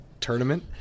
tournament